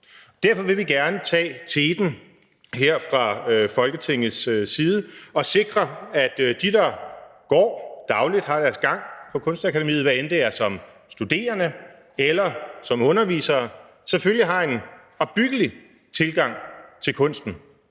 Derfor vil vi gerne tage teten her fra Folketingets side og sikre, at de, der dagligt har deres gang på Kunstakademiet, hvad enten det er som studerende eller som undervisere, selvfølgelig har en opbyggelig tilgang til kunsten.